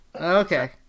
Okay